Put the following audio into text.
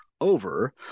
over